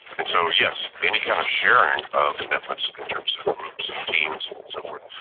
and so yes, any kind of sharing of commitments in terms of groups and teams, and so forth.